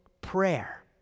prayer